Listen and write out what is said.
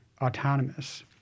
autonomous